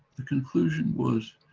the conclusion was,